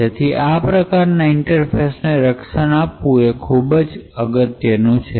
તેથી આ પ્રકારના ઇન્ટરફેસ રક્ષણ આપવું એ ખૂબ જ અગત્યનું છે